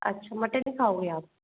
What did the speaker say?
अच्छा मटन ही खाओगे आप